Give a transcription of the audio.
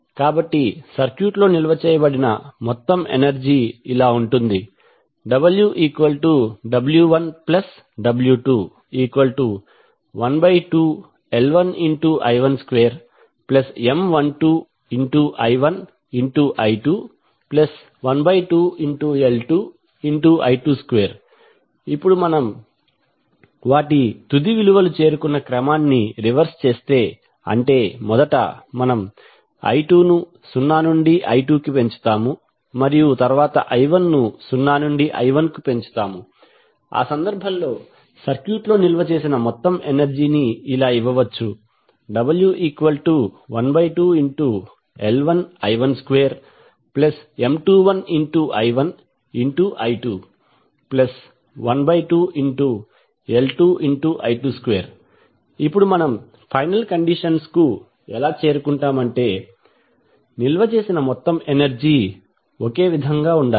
కాబట్టి సర్క్యూట్లో నిల్వ చేయబడిన మొత్తం ఎనర్జీ ఇలా ఉంటుంది ww1w212L1I12M12I1I212L2I22 ఇప్పుడు మనం వాటి తుది విలువలు చేరుకున్న క్రమాన్ని రివర్స్ చేస్తే అంటే మొదట మనం i2 ను 0 నుండి I2 కి పెంచుతాము మరియు తరువాత i1 ను 0 నుండి I1 కి పెంచుతాము ఆ సందర్భం లో సర్క్యూట్లో నిల్వ చేసిన మొత్తం ఎనర్జీ ని ఇలా ఇవ్వవచ్చు w12L1I12M21I1I212L2I22 ఇప్పుడు మనం ఫైనల్ కండిషన్స్ కు ఎలా చేరుకుంటామంటే నిల్వ చేసిన మొత్తం ఎనర్జీ ఒకే విధంగా ఉండాలి